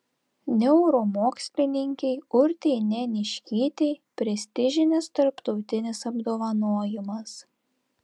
neuromokslininkei urtei neniškytei prestižinis tarptautinis apdovanojimas